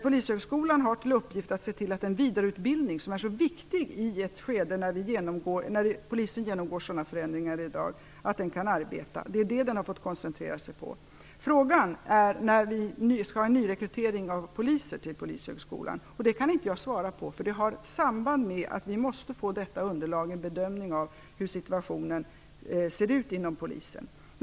Polishögskolan har till uppgift att se till att den vidareutbildning kommer till stånd som är så viktigt för att Polisen, som i detta skede genomgår sådana förändringar, skall kunna fortsätta att arbeta. Det är det den har fått koncentrera sig på. Fråga gäller när vi skall få en nyrekrytering av poliser till Polishögskolan. Det kan jag inte svara på, för det har samband med att vi måste få ett underlag med en bedömning av hur situationen inom Polisen ser ut.